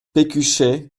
pécuchet